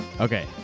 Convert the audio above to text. Okay